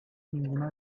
ninguna